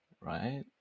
Right